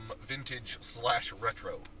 vintage-slash-retro